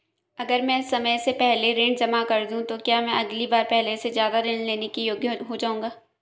अगर मैं समय से पहले ऋण जमा कर दूं तो क्या मैं अगली बार पहले से ज़्यादा ऋण लेने के योग्य हो जाऊँगा?